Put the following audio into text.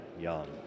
young